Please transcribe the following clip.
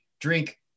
drink